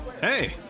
Hey